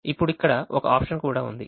ఇప్పుడు ఇక్కడ ఒక option కూడా ఉంది